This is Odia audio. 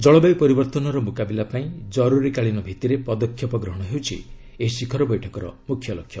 ଜଳବାୟୁ ପରିବର୍ତ୍ତନର ମୁକାବିଲା ପାଇଁ ଜରୁରୀକାଳୀନ ଭିଭିରେ ପଦକ୍ଷେପ ଗ୍ରହଣ ହେଉଛି ଏହି ଶିଖର ବୈଠକର ମୁଖ୍ୟ ଲକ୍ଷ୍ୟ